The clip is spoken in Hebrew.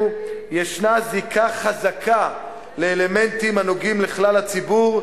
יש זיקה חזקה לאלמנטים הנוגעים בכלל הציבור,